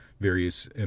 various